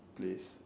place